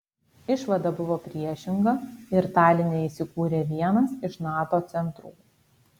išvada buvo priešinga ir taline įsikūrė vienas iš nato centrų